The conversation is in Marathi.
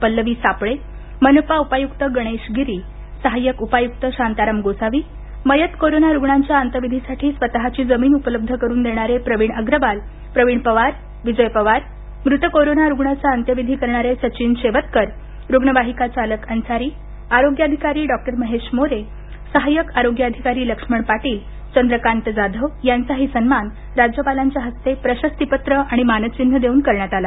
पल्लवी सापळे मनपा उपायुक्त गणेश गिरी सहाय्यक उपायुक्त शांताराम गोसावी मयत कोरोना रुग्णांच्या अंतविधीसाठी स्वतःची जमीन उपलब्ध करुन देणारे प्रविण अग्रवाल प्रविण पवार विजय पवार मृत कोरोना रुग्णाचा अंत्यविधी करणारे सचिन शेवतकर रुग्णवाहिका चालक अन्सारी आरोग्याधिकारी डॉ महेश मोरे सहाय्यक आरोग्य अधिकारी लक्ष्मण पाटील चंद्रकांत जाधव यांचाही सन्मान राज्यपालांच्या हस्ते प्रशस्तीपत्र आणि मानचिन्ह देवून करण्यात आला